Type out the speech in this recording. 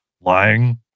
lying